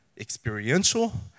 experiential